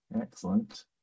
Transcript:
Excellent